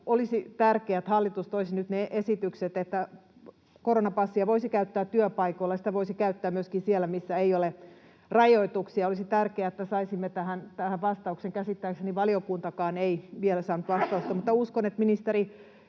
olisi tärkeää, että hallitus toisi nyt ne esitykset, että koronapassia voisi käyttää työpaikoilla ja sitä voisi käyttää myöskin siellä, missä ei ole rajoituksia. Olisi tärkeää, että saisimme tähän vastauksen. Käsittääkseni valiokuntakaan ei vielä saanut vastausta.